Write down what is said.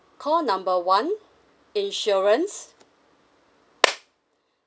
call number one insurance